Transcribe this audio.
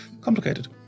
Complicated